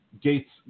Gates